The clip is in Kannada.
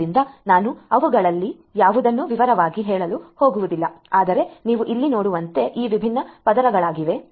ಆದ್ದರಿಂದ ನಾನು ಅವುಗಳಲ್ಲಿ ಯಾವುದನ್ನೂ ವಿವರವಾಗಿ ಹೇಳಲು ಹೋಗುವುದಿಲ್ಲ ಆದರೆ ನೀವು ಇಲ್ಲಿ ನೋಡುವಂತೆ ಈ ವಿಭಿನ್ನ ಪದರಗಳಾಗಿವೆ